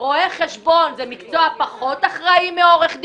רואי חשבון זה מקצוע פחות אחראי מעורך דין,